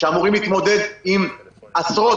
שאמורים להתמודד עם עשרות,